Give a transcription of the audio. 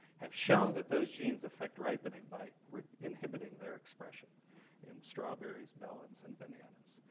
have shown that those genes affect ripening by inhibiting their expression in strawberries, melons, and bananas.